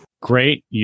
Great